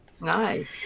nice